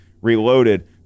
Reloaded